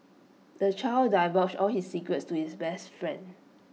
the child divulged all his secrets to his best friend